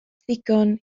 ddigon